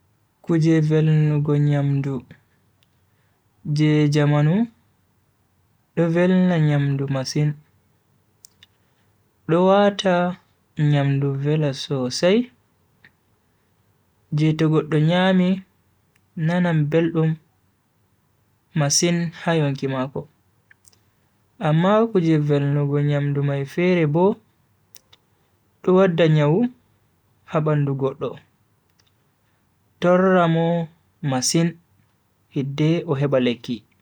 kuje velnugo nyamdu je jamanu do velna nyamdu masin, do wata nyamdu vela sosai je to goddo nyami nanan beldum masin ha yonki mako. amma kuje velnugo nyamdu mai fere bo do wadda nyawu ha bandu goddo torra Mo masin hidde o heba lekki.